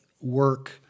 work